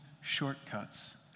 shortcuts